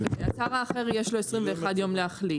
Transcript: השר האחר יש לו 21 ימים להחליט.